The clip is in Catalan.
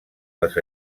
les